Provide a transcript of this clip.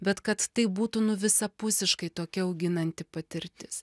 bet kad tai būtų nu visapusiškai tokia auginanti patirtis